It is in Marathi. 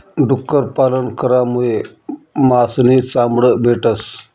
डुक्कर पालन करामुये मास नी चामड भेटस